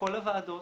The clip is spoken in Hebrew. בכל הוועדות,